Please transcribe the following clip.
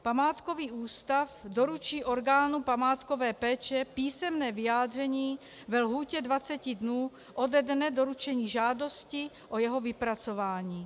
Památkový ústav doručí orgánu památkové péče písemné vyjádření ve lhůtě 20 dnů ode dne doručení žádosti o jeho vypracování.